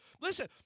Listen